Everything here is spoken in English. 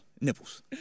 nipples